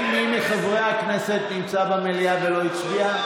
מי מחברי הכנסת נמצא במליאה ולא הצביע?